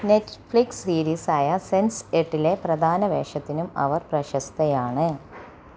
Netflix സീരീസായ sense എട്ട്ലെ പ്രധാന വേഷത്തിനും അവർ പ്രശസ്തയാണ്